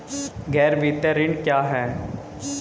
गैर वित्तीय ऋण क्या है?